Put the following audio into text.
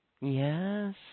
Yes